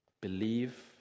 believe